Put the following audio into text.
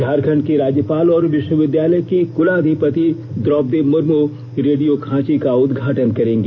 झारखंड की राज्यपाल और विश्वविद्यालय की कुलाधिपति द्रौपदी मुर्मू रेडियो खांची का उद्घाटन करेंगी